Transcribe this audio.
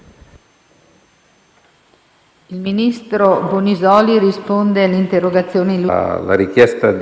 Ricordo anch'io molto bene quello che è successo il 20 settembre, perché sono mancati due colleghi, Piero Bruni e Filippo Bagni ed è veramente molto difficile confrontarsi con le famiglie